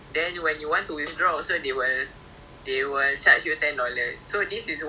because firstly kalau you want to follow the islamic banking the you know the hibah tak banyak